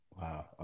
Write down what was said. Wow